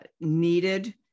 needed